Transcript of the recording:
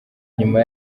nyuma